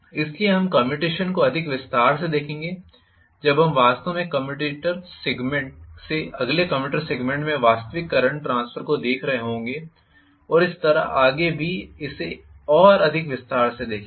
इसलिए हम कम्यूटेशन को अधिक विस्तार से देखेंगे जब हम वास्तव में एक कम्यूटेटर सेगमेंट से अगले कम्यूटेटर सेगमेंट में वास्तविक करंट ट्रांसफर को देख रहे होंगे और इसी तरह आगे भी इसे और अधिक विस्तार से देखेंगे